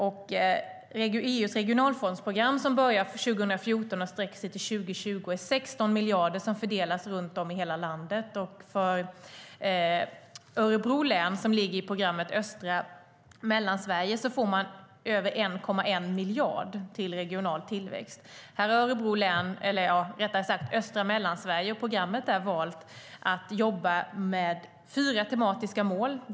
EU:s regionalfondsprogram som börjar 2014 och sträcker sig till 2020 är 16 miljarder som fördelas runt om i hela landet. För Örebro län som ligger i programmet Östra Mellansverige får man över 1,1 miljard till regional tillväxt. Här har programmet Östra Mellansverige valt att jobba med fyra tematiska mål.